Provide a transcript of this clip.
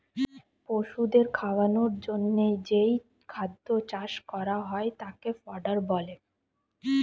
পশুদের খাওয়ানোর জন্যে যেই খাদ্য চাষ করা হয় তাকে ফডার বলে